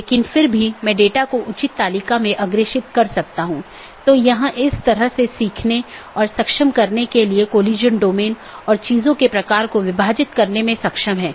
यदि स्रोत या गंतव्य में रहता है तो उस विशेष BGP सत्र के लिए ट्रैफ़िक को हम एक स्थानीय ट्रैफ़िक कहते हैं